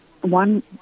one